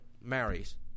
marries